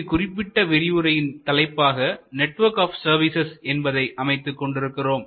இந்த குறிப்பிட்ட விரிவுரையின் தலைப்பாக நெட்வொர்க் ஆப் சர்வீசஸ் என்பதை அமைத்துக் கொண்டிருக்கிறோம்